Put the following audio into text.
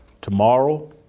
tomorrow